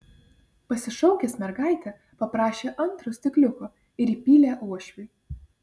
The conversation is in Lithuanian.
pasišaukęs mergaitę paprašė antro stikliuko ir įpylė uošviui